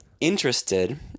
interested